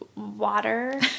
water